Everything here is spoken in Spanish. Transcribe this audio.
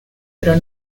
pero